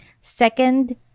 Second